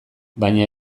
baina